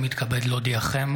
אני מתכבד להודיעכם,